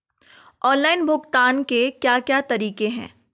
Online भुगतान के क्या क्या तरीके हैं?